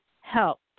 help